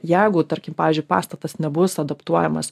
jeigu tarkim pavyzdžiui pastatas nebus adaptuojamas